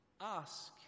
Ask